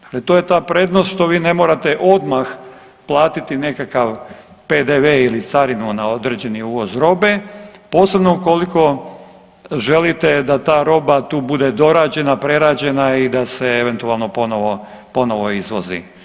Dakle, to je ta prednost što vi ne morate odmah platiti nekakav PDV ili carinu na određeni uvoz robe, posebno ukoliko želite da ta roba bude tu dorađena, prerađena i da se eventualno ponovo izvozi.